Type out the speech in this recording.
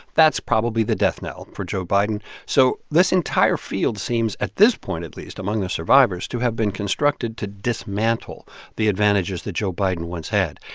that's probably the death knell for joe biden. so this entire field seems at this point, at least, among the survivors to have been constructed to dismantle the advantages that joe biden once had.